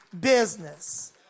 business